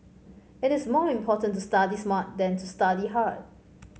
it is more important to study smart than to study hard